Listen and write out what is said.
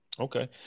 Okay